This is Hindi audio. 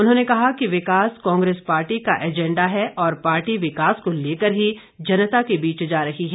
उन्होंने कहा कि विकास कांग्रेस पार्टी का एजेंडा है और पार्टी विकास को लेकर ही जनता के बीच जा रही है